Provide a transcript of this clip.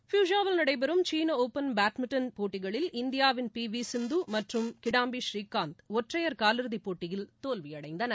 ஃபுஷாவில் நடைபெறும் சீன open super badminton போட்டிகளில் இந்தியாவின் பி வி சிந்து மற்றும் கிடாம்பி ஸ்ரீகாந்த் ஒற்றையர் காலிறுதிப்போட்டியில் தோல்வியடைந்தனர்